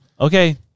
okay